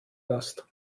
last